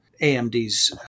AMD's